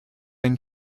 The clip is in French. une